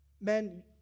men